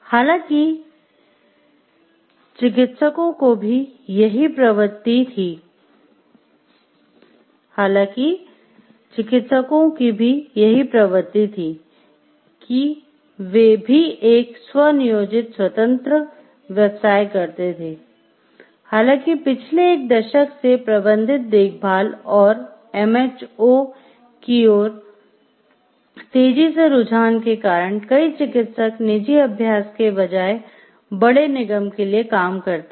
हाल ही में चिकित्सकों की भी यही प्रवृत्ति थी कि वे भी एक स्व नियोजित स्वतंत्र व्यवसाय करते थे हालांकि पिछले एक दशक से प्रबंधित देखभाल और एचएमओ की ओर तेजी के रुझान के कारण कई चिकित्सक निजी अभ्यास के बजाय बड़े निगम के लिए काम करते हैं